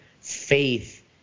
faith